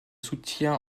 soutien